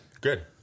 good